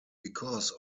because